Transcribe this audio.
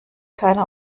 keiner